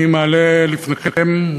אני מעלה לפניכם את